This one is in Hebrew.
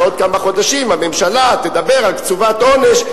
שעוד כמה חודשים הממשלה תדבר על קצובת עונש,